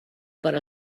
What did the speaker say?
per